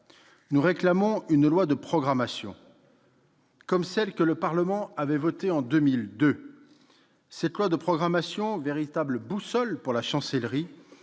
Nous réclamons une loi de programmation, comme celle que le Parlement avait votée en 2002. Cette loi de programmation, véritable boussole pour la Chancellerie,